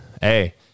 Hey